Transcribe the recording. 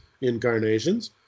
incarnations